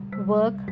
work